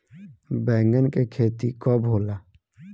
बैंगन के खेती कब होला?